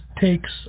takes